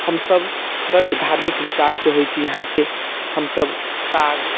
हमसभ बड्ड धार्मिक विचारके होइत छी अहाँके हमसभ साग